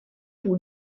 pour